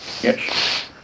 Yes